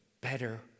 better